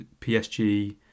PSG